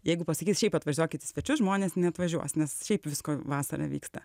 jeigu pasakyt šiaip atvažiuokit į svečius žmonės neatvažiuos nes šiaip visko vasarą vyksta